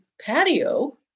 patio